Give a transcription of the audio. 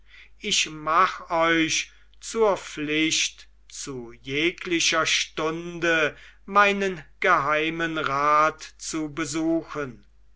ich mach euch zur pflicht zu jeglicher stunde meinen geheimen rat zu besuchen